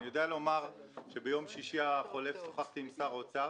אני יודע לומר שביום שישי החולף שוחחתי עם שר האוצר.